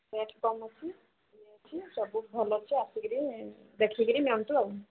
rate କମ୍ ଅଛି ନେଇକି ସବୁ ଭଲ ସେ ଆସିକିରି ଦେଖିକିରି ନିଅନ୍ତୁ ଆଉ